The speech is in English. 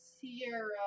Sierra